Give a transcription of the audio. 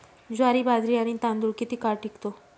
ज्वारी, बाजरी आणि तांदूळ किती काळ टिकतो?